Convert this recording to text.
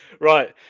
right